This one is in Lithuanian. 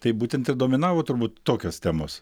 tai būtent ir dominavo turbūt tokios temos